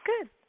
good